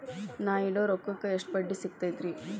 ನಾ ಇಡೋ ರೊಕ್ಕಕ್ ಎಷ್ಟ ಬಡ್ಡಿ ಸಿಕ್ತೈತ್ರಿ?